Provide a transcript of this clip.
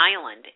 island